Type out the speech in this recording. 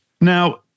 Now